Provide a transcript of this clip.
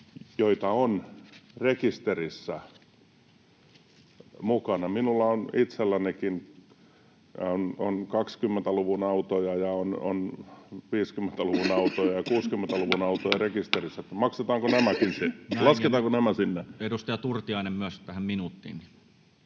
joita on rekisterissä mukana? Minulla on itsellänikin 20-luvun autoja ja on 50-luvun autoja ja 60-luvun autoja rekisterissä. Lasketaanko nämä sinne? Näin. — Edustaja Turtiainen, myös tähän minuuttiin.